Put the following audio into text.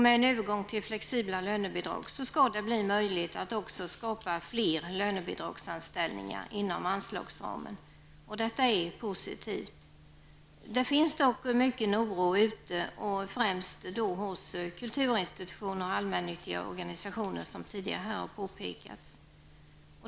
Med en övergång till flexibla lönebidrag skall det bli möjligt att också skapa fler lönebidragsanställningar inom anslagsramen. Detta är positivt. Det finns dock mycken oro ute, främst hos kulturinstitutioner och allmännyttiga organisationer, som tidigare har påpekats.